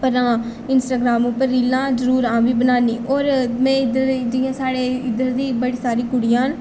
पर हां इंस्ट्राग्राम उप्पर रीलां जरूर अ'ऊं बी बनान्नीं होर में इद्धर जि'यां साढ़े इद्धर दी बड़ी सारी कुड़ियां न